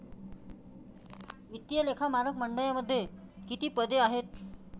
वित्तीय लेखा मानक मंडळामध्ये किती पदे आहेत?